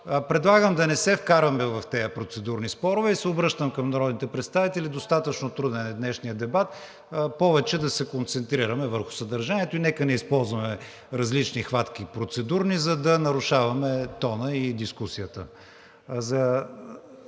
Предлагам да не се вкарваме в тези процедурни спорове. Обръщам се към народните представители – достатъчно труден е днешният дебат, повече да се концентрираме върху съдържанието и нека не използваме различни процедурни хватки, за да нарушаваме тона и дискусията.